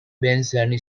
benson